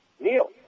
Neil